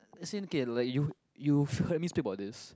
as in okay like you you've heard me speak about this